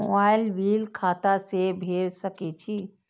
Mobile bill खाता से भेड़ सके छि?